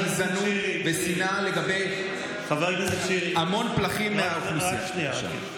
גזענות ושנאה לגבי המון פלחים מהאוכלוסייה.